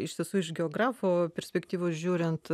iš tiesų iš geografo perspektyvos žiūrint